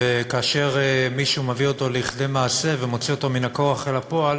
וכאשר מישהו מביא אותו לידי מעשה ומוציא אותו מן הכוח אל הפועל,